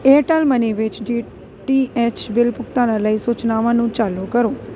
Airtel money ਵਿੱਚ D T H bill ਭੁਗਤਾਨਾਂ ਲਈ ਸੂਚਨਾਵਾਂ ਨੂੰ ਚਾਲੂ ਕਰੋ